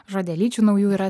žodelyčių naujų yra